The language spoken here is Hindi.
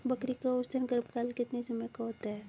बकरी का औसतन गर्भकाल कितने समय का होता है?